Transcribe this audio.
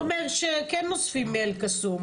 אז הוא אומר שכן אוספים מאל-קסום.